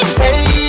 hey